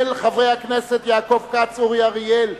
של חברי הכנסת יעקב כץ, אורי אריאל,